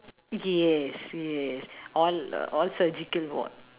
yes yes all uh all surgical [what]